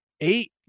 eight